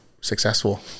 successful